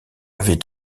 avait